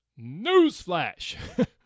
Newsflash